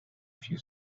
few